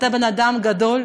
אתה בן אדם גדול,